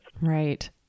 Right